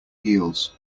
heels